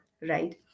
right